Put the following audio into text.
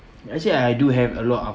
actually I do have a lot un~